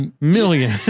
million